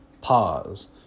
pause